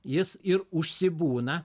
jis ir užsibūna